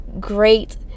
great